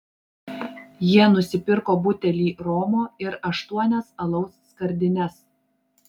jie nusipirko butelį romo ir aštuonias alaus skardines